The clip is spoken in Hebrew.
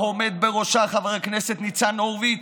העומד בראשה, חבר הכנסת ניצן הורוביץ,